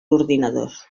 ordinadors